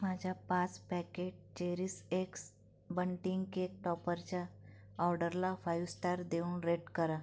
माझ्या पाच पॅकेट चेरीसएक्स बंटिंग केक टॉपरच्या ऑर्डरला फाइव स्टार देऊन रेट करा